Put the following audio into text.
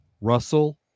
Russell